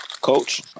coach